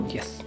Yes